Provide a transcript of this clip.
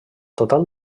total